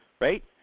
right